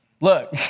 Look